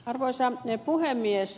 arvoisa puhemies